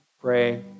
pray